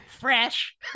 Fresh